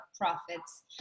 profits